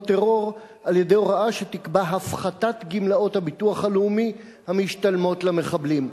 טרור על-ידי הוראה שתקבע הפחתת גמלאות הביטוח הלאומי המשתלמות למחבלים.